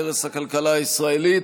והרס הכלכלה הישראלית,